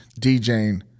DJing